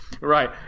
Right